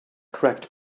cracked